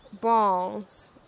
Balls